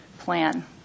Plan